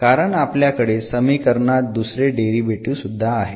कारण आपल्याकडे समीकरणात दुसरे डेरिव्हेटीव्ह सुद्धा आहे